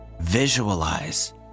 visualize